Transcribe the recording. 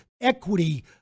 equity